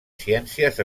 ciències